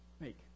make